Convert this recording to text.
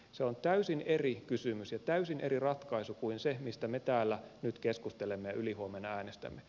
se on täysin eri kysymys ja täysin eri ratkaisu kuin se mistä me täällä nyt keskustelemme ja ylihuomenna äänestämme